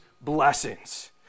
blessings